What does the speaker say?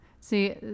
See